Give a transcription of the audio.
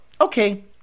okay